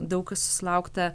daug susilaukta